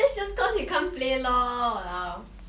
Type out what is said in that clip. that's just cause you can't play lor !walao!